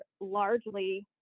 largely